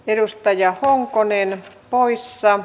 edustaja honkonen poissa